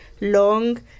long